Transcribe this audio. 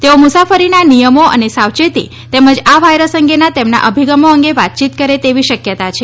તેઓ મુસાફરીના નિયમો અને સાવચેતી તેમજ આ વાયરસ અંગેના તેમના અભિગમો અંગે વાતચીત કરે તેવી શક્યતા છે